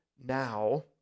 now